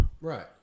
Right